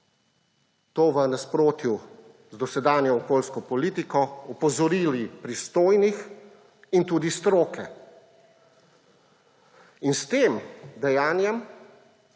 to v nasprotju z dosedanjo okoljsko politiko, opozorili pristojnih in tudi stroke. S tem dejanjem,